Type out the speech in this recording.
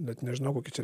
net nežinau kokį čia